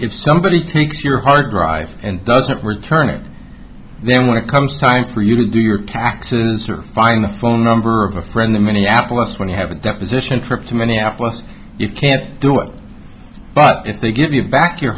if somebody takes your hard drive and doesn't return it then when it comes time for you to do your taxes or find the phone number of a friend in minneapolis when you have a deposition trip to minneapolis you can't do it but if they give you back your